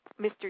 Mr